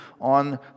on